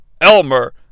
Elmer